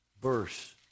verse